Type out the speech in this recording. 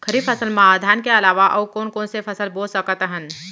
खरीफ फसल मा धान के अलावा अऊ कोन कोन से फसल बो सकत हन?